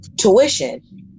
tuition